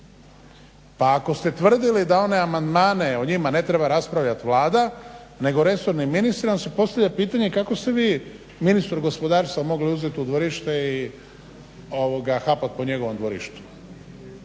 Pa ako ste tvrdili da one amandmane, o njima ne treba raspravljat Vlada nego resorni ministar onda se postavlja pitanje kako ste vi ministru gospodarstva mogli uzet u dvorište i hapat po njegovom dvorištu.